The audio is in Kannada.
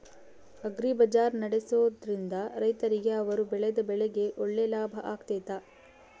ಅಗ್ರಿ ಬಜಾರ್ ನಡೆಸ್ದೊರಿಂದ ರೈತರಿಗೆ ಅವರು ಬೆಳೆದ ಬೆಳೆಗೆ ಒಳ್ಳೆ ಲಾಭ ಆಗ್ತೈತಾ?